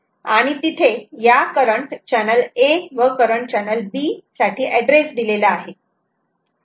आणि तिथे या करंट चॅनल a व करंट चॅनल b साठी ऍड्रेस दिलेला आहे